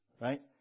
Right